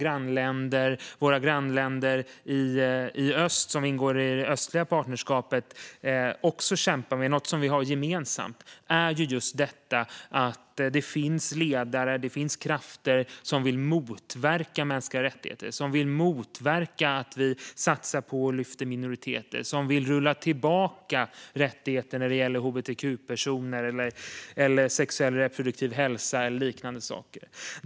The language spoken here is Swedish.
En sak som EU, Europa och våra grannländer i öst som ingår i det östliga partnerskapet också kämpar med är något som vi har gemensamt, nämligen att det finns ledare, krafter, som vill motverka mänskliga rättigheter, som vill motverka att minoriteter lyfts fram, som vill rulla tillbaka rättigheter för hbtq-personer eller frågor om sexuell och reproduktiv hälsa och rättigheter.